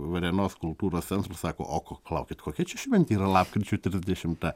varėnos kultūros centro sako o ko palaukit kokia čia šventė yra lapkričio trisdešimta